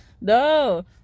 no